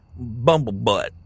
bumblebutt